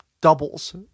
doubles